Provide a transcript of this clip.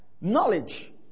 Knowledge